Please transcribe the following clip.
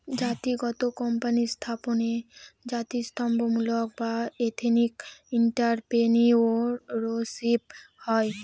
জাতিগত কোম্পানি স্থাপনে জাতিত্বমূলক বা এথেনিক এন্ট্রাপ্রেনিউরশিপ হয়